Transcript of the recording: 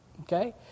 Okay